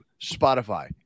Spotify